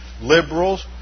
liberals